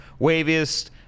waviest